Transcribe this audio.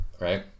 Right